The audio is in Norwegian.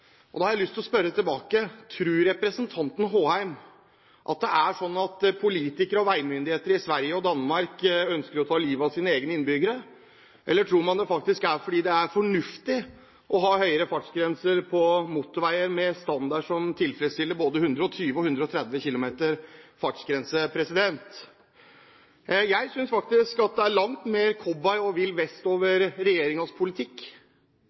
strekninger. Da har jeg lyst til å spørre tilbake: Tror representanten Håheim at politikere og veimyndigheter i Sverige og Danmark ønsker å ta livet av sine egne innbyggere, eller gjør de det slik fordi de tror det er fornuftig å ha høyere fartsgrenser på motorveier med standard som forsvarer både 120 og 130 km/t? Jeg synes faktisk at det er langt mer cowboy og vill vest over regjeringens politikk